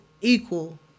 equal